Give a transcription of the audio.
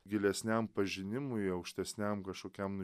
gilesniam pažinimui aukštesniam kažkokiam